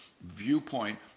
viewpoint